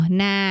na